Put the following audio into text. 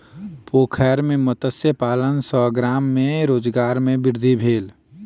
पोखैर में मत्स्य पालन सॅ गाम में रोजगार में वृद्धि भेल